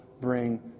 bring